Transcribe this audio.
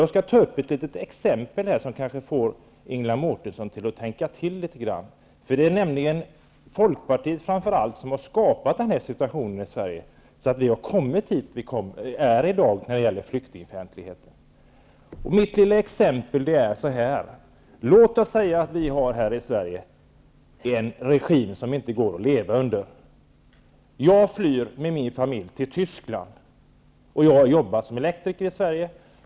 Jag skall ta ett litet exempel som kanske får Ingela Mårtensson att tänka till litet grand. Det är nämligen framför allt Folkpartiet som har skapat den här situationen i Sverige, dvs. att vi har kommit dit där vi är i dag när det gäller flyktingfientligheten. Låt oss säga att vi här i Sverige har en regim som det inte går att leva under. Jag flyr med min familj till Tyskland. Jag har jobbat som elektriker i Sverige.